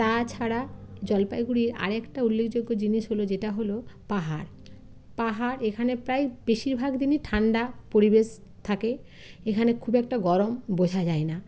তাছাড়া জলপাইগুড়ির আর একটা উল্লেখযোগ্য জিনিস হল যেটা হল পাহাড় পাহাড় এখানে প্রায় বেশিরভাগ দিনই ঠান্ডা পরিবেশ থাকে এখানে খুব একটা গরম বোঝা যায় না